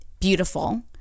beautiful